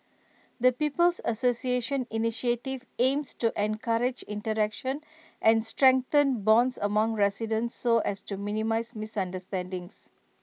the people's association initiative aims to encourage interaction and strengthen bonds among residents so as to minimise misunderstandings